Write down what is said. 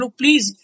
please